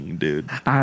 dude